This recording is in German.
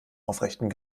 aufrechten